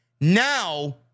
Now